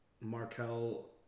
Markel